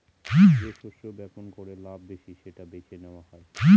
যে শস্য বপন করে লাভ বেশি সেটা বেছে নেওয়া হয়